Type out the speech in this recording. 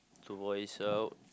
to voice out